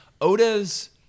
Oda's